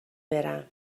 برم